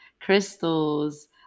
crystals